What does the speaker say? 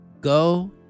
Go